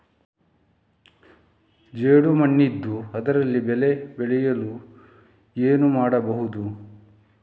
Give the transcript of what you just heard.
ಜೇಡು ಮಣ್ಣಿದ್ದು ಅದರಲ್ಲಿ ಬೆಳೆ ಬೆಳೆಯಬೇಕಾದರೆ ಏನು ಮಾಡ್ಬಹುದು?